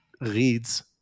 reads